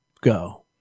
go